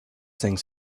things